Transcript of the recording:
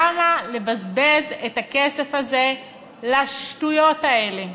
למה לבזבז את הכסף הזה לשטויות האלה?